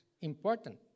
important